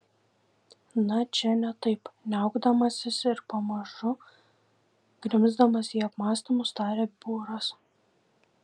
na čia ne taip niaukdamasis ir pamažu grimzdamas į apmąstymus tarė būras